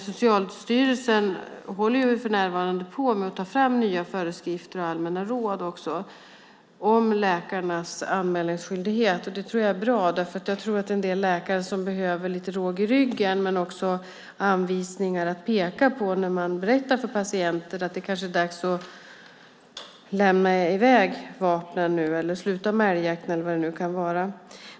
Socialstyrelsen håller på att ta fram nya föreskrifter och allmänna råd om läkarnas anmälningsskyldighet. Det tror jag är bra därför att en del läkare behöver lite råg i ryggen och också anvisningar att peka på när man berättar för patienten att det kanske är dags att lämna i väg vapen, sluta med älgjakten eller vad det nu kan vara.